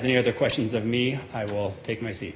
any other questions of me i will take my seat